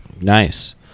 nice